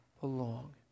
belong